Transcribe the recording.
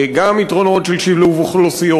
גם יתרונות של שילוב אוכלוסיות,